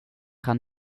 han